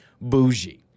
bougie